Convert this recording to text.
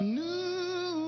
new